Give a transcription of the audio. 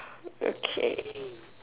okay